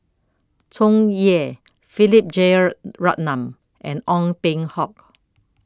Tsung Yeh Philip Jeyaretnam and Ong Peng Hock